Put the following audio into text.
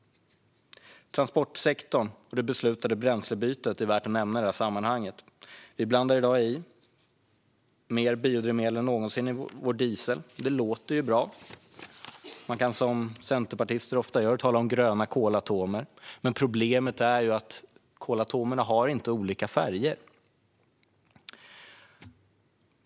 Transportsektorn och det beslutade bränslebytet är här värda att nämna i sammanhanget. Vi blandar i dag i mer biodrivmedel än någonsin i vår diesel, och det låter ju bra. Man kan som centerpartister ofta gör tala om gröna kolatomer. Kolatomer har dock inte olika färger.